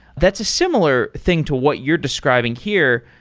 that's a similar thing to what you're describing here,